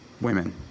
women